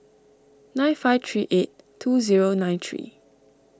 nine five three eight two zero nine three